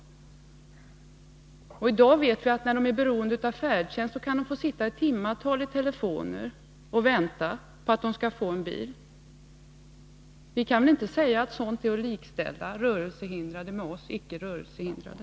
I dag vet vi att när de är beroende av färdtjänst kan de få sitta vid sina telefoner i timtal och vänta på en bil. Vi kan väl inte påstå att sådana förhållanden gör de rörelsehindrade likställda med oss icke rörelsehindrade.